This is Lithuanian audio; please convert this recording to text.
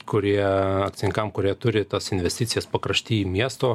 kurie akcininkams kurie turi tos investicijos pakrašty miesto